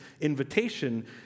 invitation